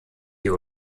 die